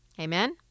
Amen